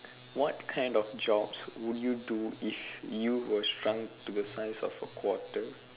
what kind of jobs would you do if you were shrunk to the size of a quarter